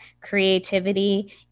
creativity